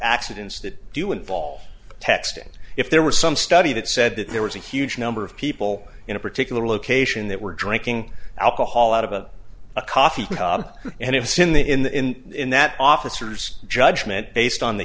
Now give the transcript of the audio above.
accidents that do involve texting if there was some study that said that there was a huge number of people in a particular location that were drinking alcohol out about a coffee and it's in the in in that officers judgment based on the